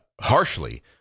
harshly